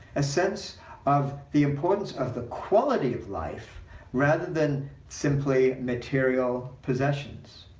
a sense of the importance of the quality of life rather than simply material possessions